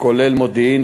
הכולל מודיעין,